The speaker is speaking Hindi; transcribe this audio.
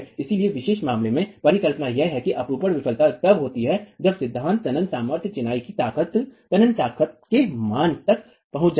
इस विशेष मानदंड में परिकल्पना यह है कि अपरूपण विफलता तब होती है जब सिद्धांत तन्यता सामर्थ्य चिनाई की तन्यता ताकत के मान तक पहुंच जाता है